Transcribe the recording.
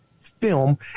film